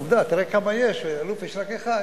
עובדה, תראה כמה יש, ואלוף יש רק אחד.